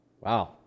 Wow